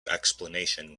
explanation